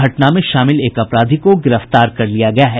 घटना में शामिल एक अपराधी को गिरफ्तार कर लिया गया है